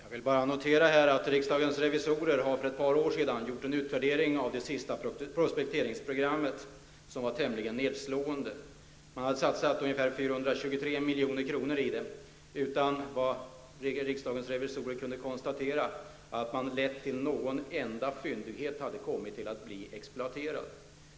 Herr talman! Jag vill här bara notera att riksdagens revisorer för ett par år sedan gjorde en utvärdering, som var tämligen nedslående, av det sista prospekteringsprogrammet. Man hade satsat ungefär 423 milj.kr. i det utan att det, enligt vad riksdagens revisorer kunde konstatera, hade lett till att någon enda fyndighet hade kommit att bli exploaterad.